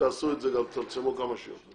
שתעשו את זה, גם צמצמו כמה שיותר.